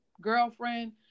girlfriend